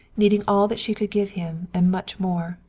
needing all that she could give him and much more.